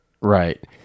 Right